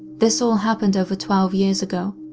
this all happened over twelve years ago,